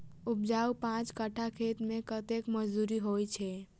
उपजाउ पांच कट्ठा खेत मे कतेक मसूरी होइ छै?